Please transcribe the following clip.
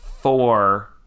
four